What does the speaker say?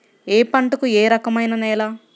ఏ పంటకు ఏ రకమైన నేల?